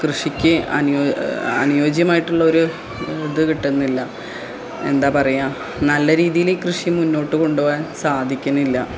കൃഷിക്ക് അനിയോജ്യം അനുയോജ്യമായിട്ടുള്ള ഒരു ഇത് കിട്ടുന്നില്ല എന്താണ് പറയുക നല്ല രീതിയിൽ ഈ കൃഷി മുന്നോട്ട് കൊണ്ടുപോവാൻ സാധിക്കുന്നില്ല